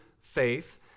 faith